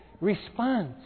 response